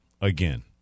Again